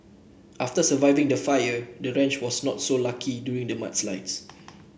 after surviving the fire the ranch was not so lucky during the mudslides